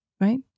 right